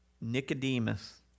Nicodemus